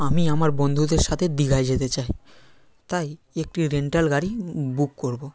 আমি আমার বন্ধুদের সাথে দীঘায় যেতে চাই তাই একটি রেন্টাল গাড়ি বুক করবো